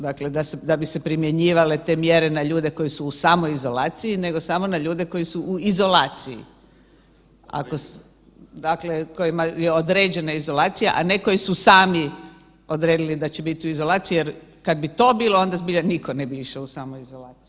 Dakle, da bi se primjenjivale te mjere na ljude koji su u samoizolaciji nego samo na ljude koji su u izolaciji, ako sam, dakle kojima je određena izolacija, a ne koji su sami odredili da će biti u izolaciji jer kad bi to bilo onda zbilja nitko ne išao u samoizolaciju.